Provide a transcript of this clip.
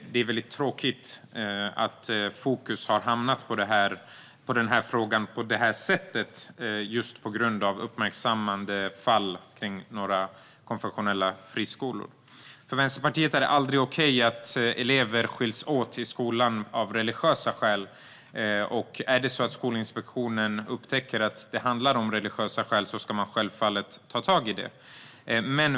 Det är tråkigt att fokus har hamnat på den frågan på det här sättet, på grund av några uppmärksammade fall på konfessionella friskolor. För Vänsterpartiet är det aldrig okej att elever skiljs åt i skolan av religiösa skäl. Om Skolinspektionen upptäcker att det handlar om religiösa skäl ska man självfallet ta tag i det.